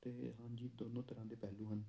ਅਤੇ ਹਾਂਜੀ ਦੋਨੋਂ ਤਰ੍ਹਾਂ ਦੇ ਪਹਿਲੂ ਹਨ